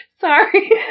Sorry